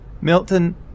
Milton